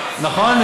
נכון,